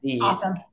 Awesome